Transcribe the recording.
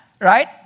Right